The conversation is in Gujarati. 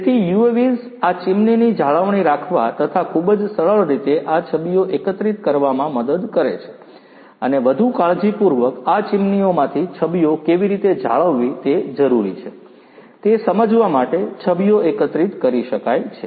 તેથી UAVs આ ચીમનીની જાળવણી રાખવા તથા ખુબ જ સરળ રીતે આ છબીઓ એકત્રિત કરવામાં મદદ કરે છેઅને વધુ કાળજીપૂર્વક આ ચીમનીઓમાંથી છબીઓ કેવી રીતે જાળવવી તે જરૂરી છે તે સમજવા માટે છબીઓ એકત્રિત કરી શકાય છે